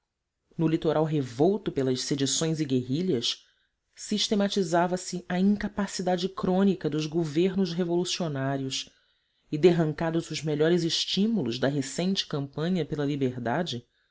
no litoral revolto pelas sedições e guerrilhas sistematizava se a incapacidade crônica dos governos revolucionários e derrancados os melhores estímulos da recente campanha pela liberdade